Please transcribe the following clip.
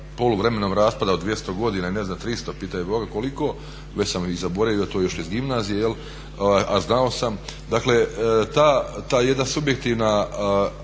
poluvremenom raspada od 200 godina i 300, pitaj Boga koliko, već sam i zaboravio to još iz gimnazije a znao sam, dakle ta jedna subjektivna